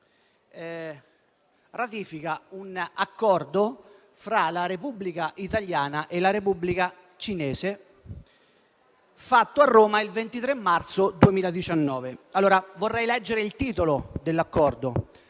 ratifica un accordo fra la Repubblica italiana e la Repubblica Popolare cinese, fatto a Roma il 23 marzo 2019. Vorrei leggere il titolo del disegno